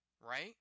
right